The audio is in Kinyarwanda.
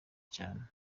cyane